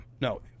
No